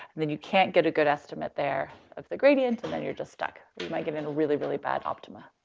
then you can't get a good estimate there of the gradient and then you're just stuck. you might get in a really really bad optima.